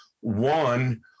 one